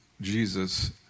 Jesus